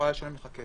יכולה לשלם כסף.